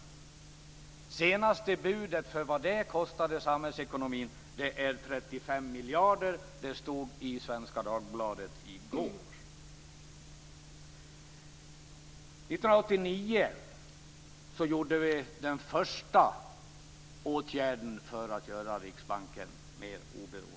Det senaste budet för vad det kostade samhällsekonomin, som stod att läsa i Svenska Dagbladet i går, är 35 miljarder. År 1989 genomförde vi den första åtgärden för att göra Riksbanken mer oberoende.